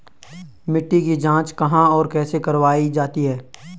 मिट्टी की जाँच कहाँ और कैसे करवायी जाती है?